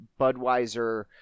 budweiser